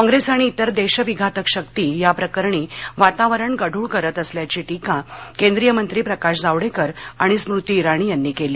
कॉप्रेस आणि इतर देशविघातक शक्ती या प्रकरणी वातावरण गढूळ करत असल्याची टीका केंद्रीय मंत्री प्रकाश जावडेकर आणि स्मृती इराणी यांनी केली